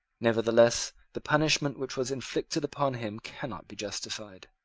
nevertheless the punishment which was inflicted upon him cannot be justified.